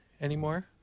anymore